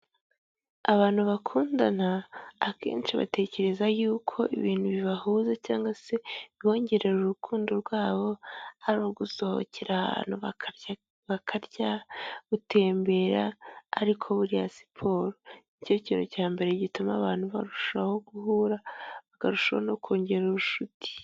Abantu bakundana akenshi batekereza yuko ibintu bibahuza cyangwa se bibongerera urukundo rwabo, ari ugusohokera ahantu bakarya, gutembera, ariko buriya siporo nicyo kintu cya mbere gituma abantu barushaho guhura, bakarushaho no kongera ubucuti.